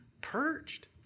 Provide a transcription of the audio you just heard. purged